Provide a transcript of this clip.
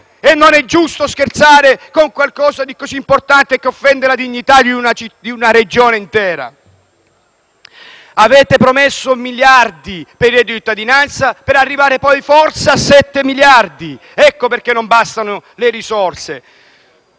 Non è giusto scherzare con qualcosa di così importante che offende la dignità di una Regione intera. Avete promesso miliardi per il reddito di cittadinanza per arrivare poi, forse, a 7 miliardi. Ecco perché non bastano le risorse.